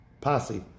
posse